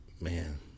man